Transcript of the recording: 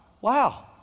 wow